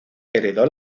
heredó